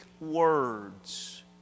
words